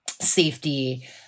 safety